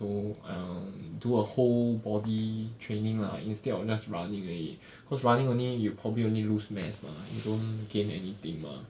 oh um do a whole body training lah instead of just running 而已 cause running only you probably only lose mass mah you don't gain anything mah